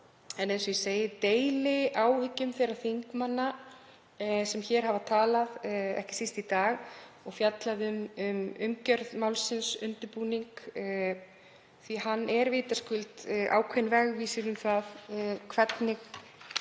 ekki svo á. En ég deili áhyggjum þeirra þingmanna sem hér hafa talað, ekki síst í dag, og fjallað um umgjörð málsins og undirbúning, því að hann er vitaskuld ákveðinn vegvísir um það hvernig